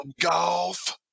golf